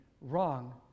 wrong